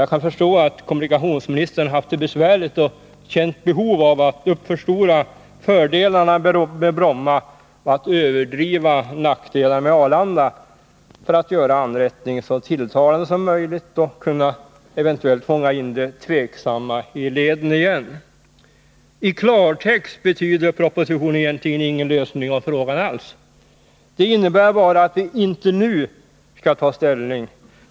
Jag kan förstå att kommunikationsministern haft det besvärligt och känt behov av att uppförstora fördelarna med Bromma, att överdriva nackdelarna med Arlanda för att göra anrättningen så tilltalande som möjligt och kunna fånga in de tveksamma i leden igen. I klartext betyder propositionen egentligen ingen lösning av frågan. Det innebär bara att vi inte nu skall ta ställning.